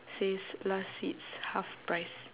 says last seats half price